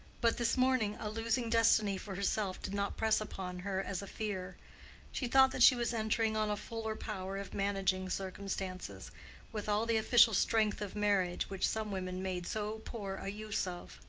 but this morning a losing destiny for herself did not press upon her as a fear she thought that she was entering on a fuller power of managing circumstances with all the official strength of marriage, which some women made so poor a use of.